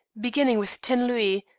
beginning with ten louis,